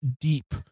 deep